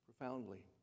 profoundly